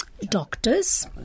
doctors